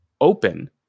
open